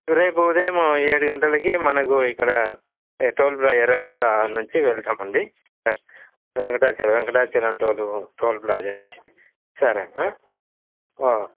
రేపు ఉదయము ఏడు గంటలకి మనకు ఇక్కడ టోల్ ప్లా ఎర్రగుంట నుంచి వెళ్తామండి Venkatachalam Venkatachalam toll toll plaza నుంచి సరే ఓ